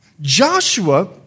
Joshua